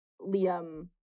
liam